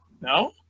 No